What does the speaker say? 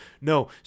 no